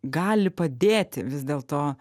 gali padėti vis dėlto